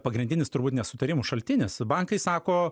pagrindinis turbūt nesutarimų šaltinis bankai sako